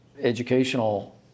educational